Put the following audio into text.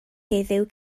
heddiw